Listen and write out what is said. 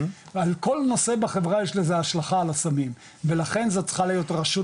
על כל נושא בחברה יש לזה השלכה על הסמים ולכן זאת צריכה להיות רשות